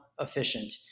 efficient